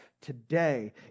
today